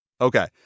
Okay